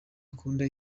akunda